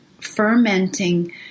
fermenting